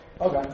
Okay